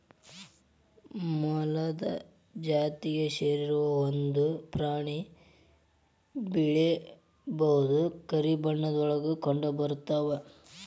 ಮೊಲದ ಜಾತಿಗೆ ಸೇರಿರು ಒಂದ ಪ್ರಾಣಿ ಬಿಳೇ ಬೂದು ಕರಿ ಬಣ್ಣದೊಳಗ ಕಂಡಬರತಾವ